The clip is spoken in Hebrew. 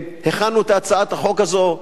הכנו את הצעת החוק הזאת,